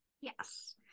Yes